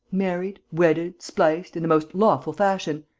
married, wedded, spliced, in the most lawful fashion.